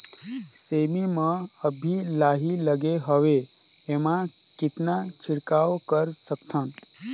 सेमी म अभी लाही लगे हवे एमा कतना छिड़काव कर सकथन?